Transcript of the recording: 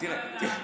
לא ידענו.